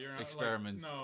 Experiments